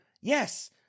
yes